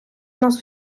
нас